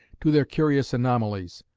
to their curious anomalies,